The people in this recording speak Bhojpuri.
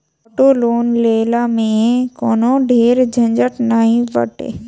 ऑटो लोन के लेहला में कवनो ढेर झंझट नाइ बाटे